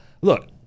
look